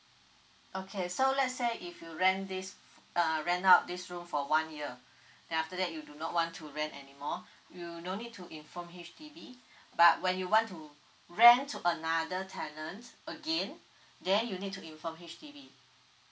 okay so let's say if you rent this uh rent out this room for one year then after that you do not want to rent anymore you no need to inform H_D_B but when you want to rent to another tenant again then you need to inform H_D_B